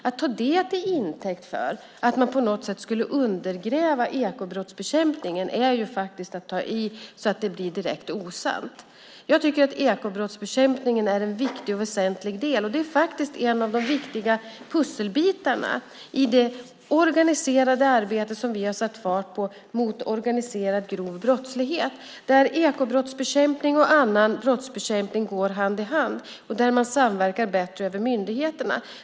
Att ta det till intäkt för att man på något sätt skulle undergräva ekobrottsbekämpningen är att ta i så att det blir direkt osant. Jag tycker att ekobrottsbekämpningen är en viktig och väsentlig del. Den är faktiskt en av de viktiga pusselbitarna i det organiserade arbete som vi har satt fart på för att bekämpa organiserad grov brottslighet. Där går ekobrottsbekämpning och annan brottsbekämpning hand i hand, och där samverkar man bättre över myndighetsgränser.